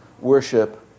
worship